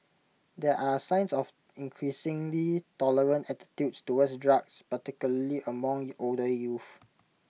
there are signs of increasingly tolerant attitudes towards drugs particularly among older youth